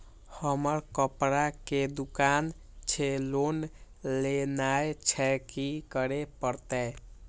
हमर कपड़ा के दुकान छे लोन लेनाय छै की करे परतै?